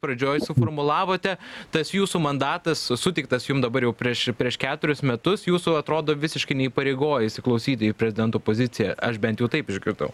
pradžioj suformulavote tas jūsų mandatas suteiktas jum dabar jau prieš prieš keturis metus jūsų atrodo visiškai neįpareigoja įsiklausyti į prezidento poziciją aš bent jau taip išgirdau